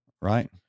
right